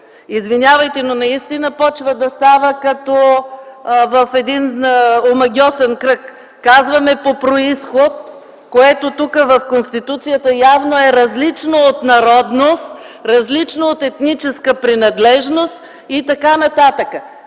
Извинявайте, но наистина започва да става като в един омагьосан кръг. Казваме „по произход”, което тук в Конституцията явно е различно от „народност”, различно от „етническа принадлежност” и т.н.